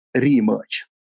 re-emerge